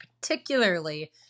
particularly